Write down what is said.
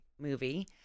movie